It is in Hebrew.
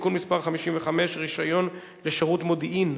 (תיקון מס' 55) (רשיון לשירות מודיעין),